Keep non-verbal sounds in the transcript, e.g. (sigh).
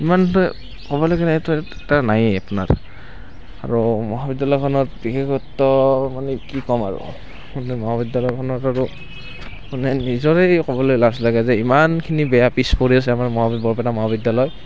ইমান এটা ক'বলৈ গ'লেতো (unintelligible) নায়েই আপোনাৰ আৰু মহাবিদ্যালয়খনত বিশেষত্ব মানে কি ক'ম আৰু আপোনাৰ মহাবিদ্যাল্যখনত আৰু মানে নিজৰেই ক'বলৈ লাজ লাগে যে ইমানখিনি বেয়া পিছপৰি আছে আমাৰ বৰপেটা মহাবিদ্যালয়